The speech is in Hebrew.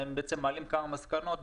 הם מעלים כמה מסקנות,